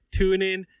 TuneIn